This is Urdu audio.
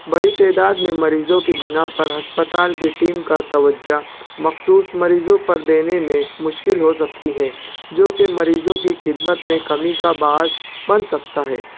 بڑی تعداد میں مریضوں کی بنا پر اسپتال کی ٹیم کا توجہ مخصوص مریضوں پر دینے میں مشکل ہو سکتی ہے جو کہ مریضوں کی خدمت میں کمی کا باعث بن سکتا ہے